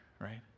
Right